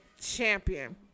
champion